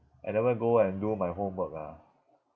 I never go and do my homework ah